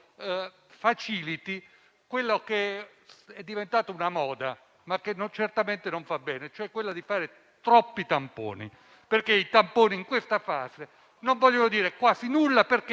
facilita quella che è diventata una moda, ma che certamente non va bene, e cioè fare troppi tamponi. I tamponi, in questa fase, non vogliono dire quasi nulla, perché